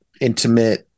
intimate